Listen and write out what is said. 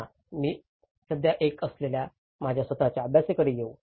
चला मी सध्या करत असलेल्या माझ्या स्वतःच्या अभ्यासाकडे येऊ